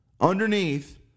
underneath